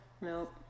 Nope